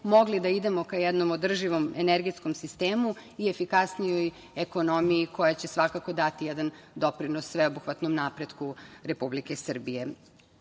mogli da idemo ka jednom održivom energetskom sistemu i efikasnijoj ekonomiji koja će svakako dati jedan doprinos sveobuhvatnom napretku Republike Srbije. Danas